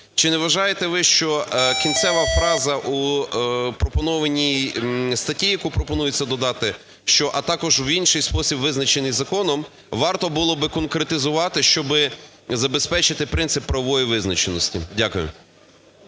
Чи не вважаєте ви, що кінцева фраза у пропонованій статті, яку пропонується додати, що "а також в інший спосіб, визначений законом", варто було б конкретизувати, щоб забезпечити принцип правової визначеності? Дякую.